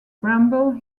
bramble